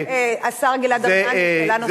השר גלעד ארדן, שאלה נוספת.